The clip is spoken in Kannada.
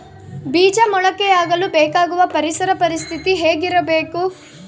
ಬೇಜ ಮೊಳಕೆಯಾಗಲು ಬೇಕಾಗುವ ಪರಿಸರ ಪರಿಸ್ಥಿತಿ ಹೇಗಿರಬೇಕು?